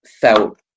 felt